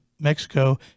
Mexico